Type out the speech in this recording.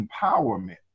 empowerment